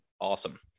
awesome